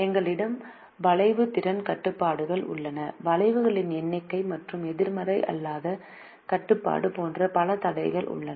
எங்களிடம் வளைவு திறன் கட்டுப்பாடுகள் உள்ளன வளைவுகளின் எண்ணிக்கை மற்றும் எதிர்மறை அல்லாத கட்டுப்பாடு போன்ற பல தடைகள் உள்ளன